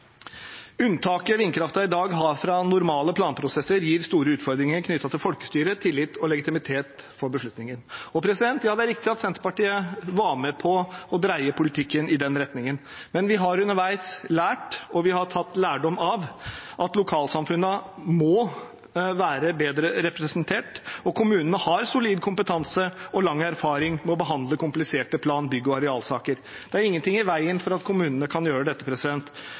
Unntaket vindkraften i dag har fra normale planprosesser gir store utfordringer knyttet til folkestyret, tillit og legitimitet for beslutninger. Ja, det er riktig at Senterpartiet var med på å dreie politikken i den retningen, men vi har underveis lært. Vi har tatt lærdom av at lokalsamfunnene må være bedre representert. Kommunene har solid kompetanse og lang erfaring med å behandle kompliserte plan-, bygg- og arealsaker. Det er ingenting i veien for at kommunene kan gjøre dette.